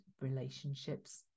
relationships